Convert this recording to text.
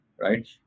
right